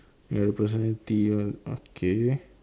ya the personality ah okay